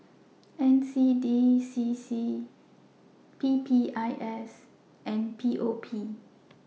NCDCC PPIS and POP